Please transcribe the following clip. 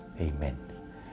Amen